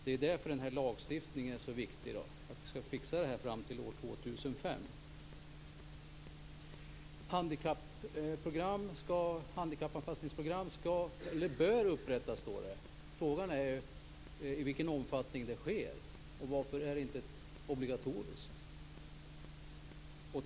Det är därför som lagstiftningen är så viktig. Detta skall fixas fram till år 2005. Handikappanpassningsprogram bör upprättas, står det. Frågan är i vilken omfattning det sker. Och varför är det inte obligatoriskt?